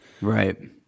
Right